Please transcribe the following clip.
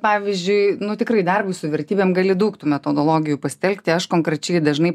pavyzdžiui nu tikrai darbui su vertybėm gali daug tų metodologijų pasitelkti aš konkrečiai dažnai